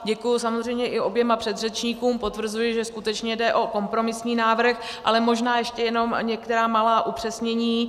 Děkuji samozřejmě i oběma předřečníkům, potvrzuji, že skutečně jde o kompromisní návrh, ale možná ještě některá malá upřesnění.